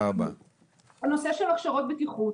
הנושא של הכשרות בטיחות